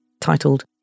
titled